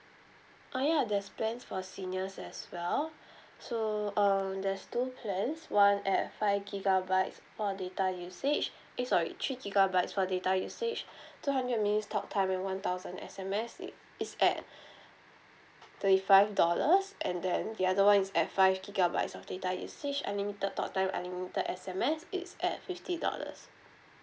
oh ya there's plans for seniors as well so um there's two plans one at five gigabytes for data usage eh sorry three gigabytes for data usage two hundred minutes talk time and one thousand S_M_S it it's at thirty five dollars and then the other one is at five gigabytes of data usage unlimited talk time unlimited S_M_S it's at fifty dollars